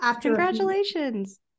Congratulations